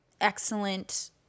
excellent